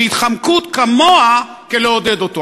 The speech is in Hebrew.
כשהתחמקות כמוה כלעודד אותו.